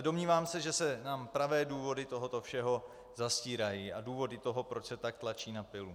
Domnívám se, že se nám pravé důvody tohoto všeho zastírají, důvody toho, proč se tak tlačí na pilu.